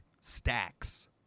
stacks